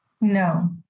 No